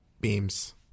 beams